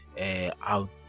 out